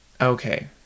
okay